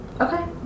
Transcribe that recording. Okay